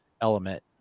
element